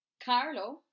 Carlo